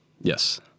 Yes